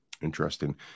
Interesting